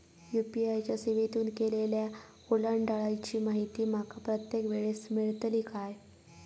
UPI च्या सेवेतून केलेल्या ओलांडाळीची माहिती माका प्रत्येक वेळेस मेलतळी काय?